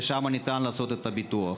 ושמה ניתן לעשות את הביטוח.